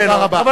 אבל מה לעשות,